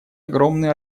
огромные